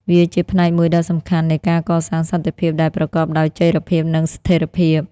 វាជាផ្នែកមួយដ៏សំខាន់នៃការកសាងសន្តិភាពដែលប្រកបដោយចីរភាព និងស្ថិរភាព។